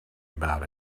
about